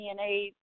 DNA